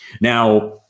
Now